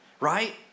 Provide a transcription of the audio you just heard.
right